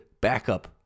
backup